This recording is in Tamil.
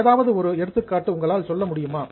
ஏதாவது ஒரு எடுத்துக்காட்டு உங்களால் சொல்ல முடியுமா